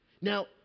now